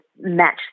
match